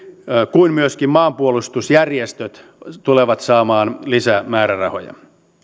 kuin myöskin maanpuolustusjärjestöt tulevat saamaan lisää määrärahoja myöskin